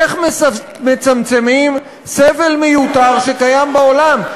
איך מצמצמים סבל מיותר שקיים בעולם,